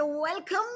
Welcome